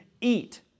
eat